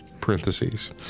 parentheses